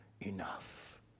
enough